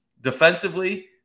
Defensively